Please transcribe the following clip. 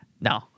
No